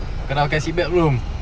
kau dah pakai seat belt belum